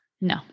no